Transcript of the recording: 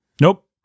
nope